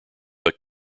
but